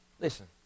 Listen